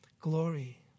glory